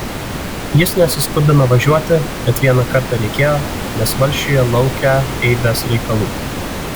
jis nesiskubino važiuoti bet vieną kartą reikėjo nes valsčiuje laukią eibės reikalų